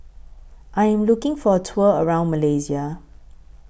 I Am looking For A Tour around Malaysia